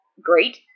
great